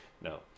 no